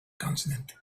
consonant